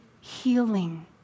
healing